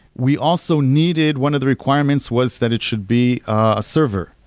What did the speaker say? we also needed one of the requirements was that it should be a server.